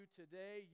today